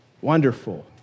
wonderful